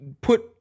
put